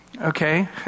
Okay